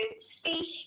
speak